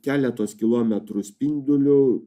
keletos kilometrų spinduliu